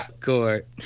Court